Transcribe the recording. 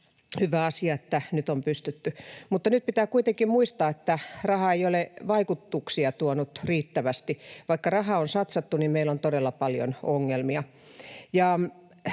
hyvä asia, että nyt on pystytty. Mutta nyt pitää kuitenkin muistaa, että raha ei ole vaikutuksia tuonut riittävästi. Vaikka rahaa on satsattu, niin meillä on todella paljon ongelmia.